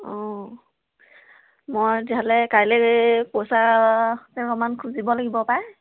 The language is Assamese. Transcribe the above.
অঁ মই তেতিয়াহ'লে কাইলৈ পইচা কেইটকামান খুজিব লাগিব পাই